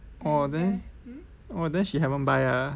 orh then she haven't buy ah